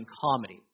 Comedy